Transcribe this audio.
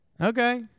Okay